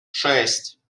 шесть